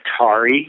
Atari